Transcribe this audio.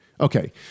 Okay